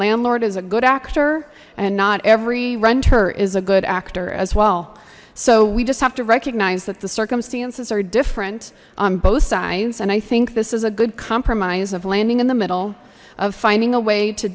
landlord is a good actor and not every renter is a good actor as well so we just have to recognize that the circumstances are different on both sides and i think this is a good compromise of landing in the middle of finding a way to